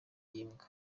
by’imbwa